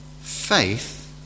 faith